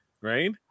right